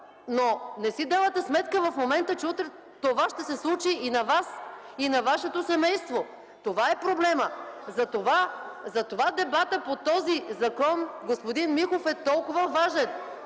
Не си давате сметка в момента, че утре това ще се случи и на Вас, и на Вашето семейство. Това е проблемът. Затова дебатът по този закон, господин Михов, е толкова важен,